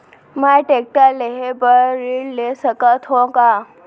मैं टेकटर लेहे बर ऋण ले सकत हो का?